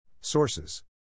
Sources